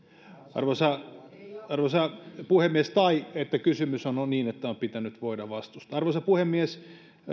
uhkaa arvoisa puhemies tai kysymyshän on on niin että on pitänyt voida vastustaa arvoisa puhemies